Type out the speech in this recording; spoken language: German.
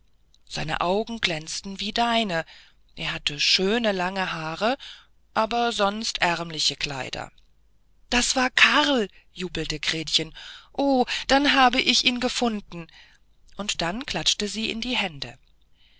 seine augen glänzten wie deine er hatte schöne lange haare aber sonst ärmliche kleider das war karl jubelte gretchen o dann habe ich ihn gefunden und dann klatschte sie in die hände